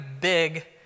big